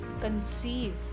conceive